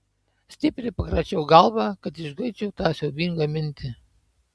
stipriai pakračiau galvą kad išguičiau tą siaubingą mintį